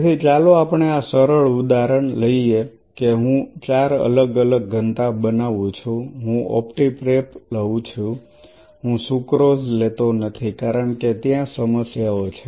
તેથી ચાલો આપણે આ સરળ ઉદાહરણ લઈએ કે હું 4 અલગ અલગ ઘનતા બનાવું છું હું ઓપ્ટી પ્રેપ લઉં છું હું સુક્રોઝ લેતો નથી કારણ કે ત્યાં સમસ્યાઓ છે